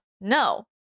No